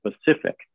specific